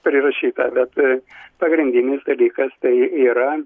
prirašyta bet pagrindinis dalykas tai yra